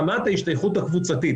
מחמת ההשתייכות הקבוצתית.